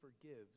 forgives